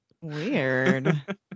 weird